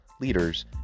leaders